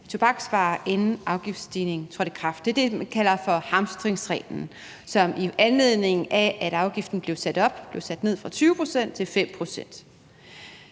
tobaksvarer, inden afgiftsstigningen trådte i kraft. Det er det, man kalder for hamstringsreglen, hvor det, i anledning af at afgiften blev sat op, blev sat ned fra 20 pct. til 5 pct.,